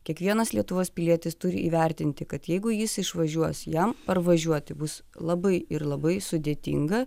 kiekvienas lietuvos pilietis turi įvertinti kad jeigu jis išvažiuos jam parvažiuoti bus labai ir labai sudėtinga